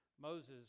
Moses